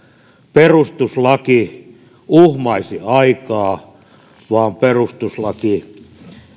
perustuslaki uhmaisi aikaa vaan perustuslaki